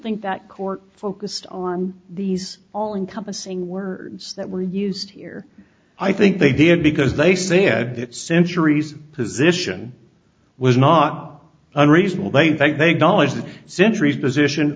think that court focused on these all encompassing words that were used here i think they did because they said that centuries position was not unreasonable they think they dollars the centuries position